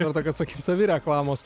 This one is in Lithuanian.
dėl to kad sakyt savireklamos